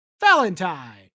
valentine